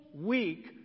week